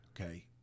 okay